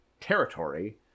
territory